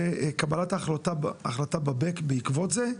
וקבלת ההחלטה ב-back בעקבות זה.